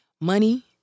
Money